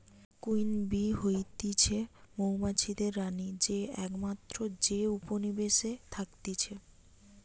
queen bee হতিছে মৌমাছিদের রানী যে একমাত্র যে উপনিবেশে থাকতিছে